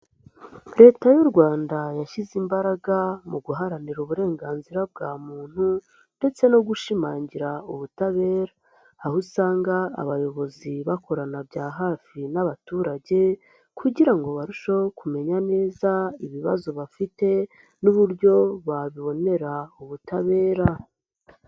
Leta y'u Rwanda yashyize imbaraga mu guharanira uburenganzira bwa muntu ndetse no gushimangira ubutabera, aho usanga abayobozi bakorana bya hafi n'abaturage kugira ngo barusheho kumenya neza ibibazo bafite n'uburyo babibonera ubutabera.